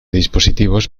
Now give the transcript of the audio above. dispositivos